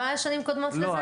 לא היה בשנים קודמות כזה?